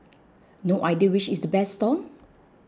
no idea which is the best stall